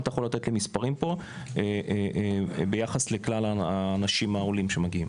האם אתה יכול לתת לי פה מספרים ביחס לכלל האנשים העולים שמגיעים?